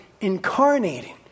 incarnating